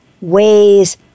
ways